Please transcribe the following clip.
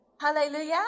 hallelujah